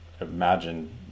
imagine